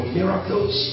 miracles